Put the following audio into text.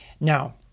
Now